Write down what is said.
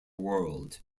world